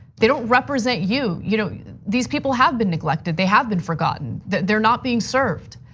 they don't represent you. you know these people have been neglected, they have been forgotten, they're not being served.